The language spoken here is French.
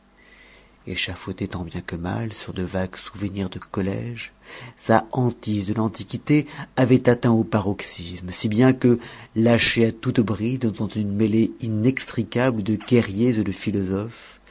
échafaudée tant bien que mal sur de vagues souvenirs de collège sa hantise de l'antiquité avait atteint au paroxysme si bien que lâché à toute bride dans une mêlée inextricable de guerriers et de philosophes